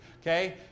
Okay